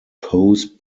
pose